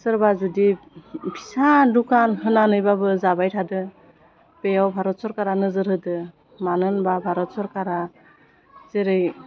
सोरबा जुदि फिसा दुखान होनानैबाबो जाबाय थादो बेयाव भारत सरकारा नोजोर होदो मानो होनबा भारत सरकारा जेरै